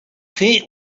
fer